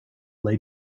lay